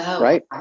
right